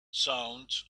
sounds